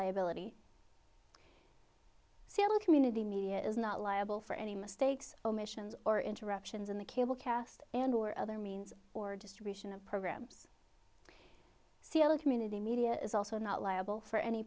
liability seal community media is not liable for any mistakes omissions or interruptions in the cable cast and or other means or distribution of programs c l a community media is also not liable for any